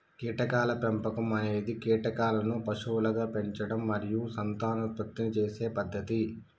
కీటకాల పెంపకం అనేది కీటకాలను పశువులుగా పెంచడం మరియు సంతానోత్పత్తి చేసే పద్ధతి